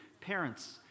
Parents